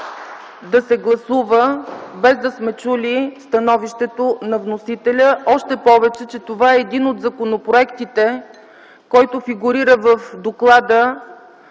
да се гласува без да сме чули становището на вносителя. Още повече това е един от законопроектите, който фигурира в доклада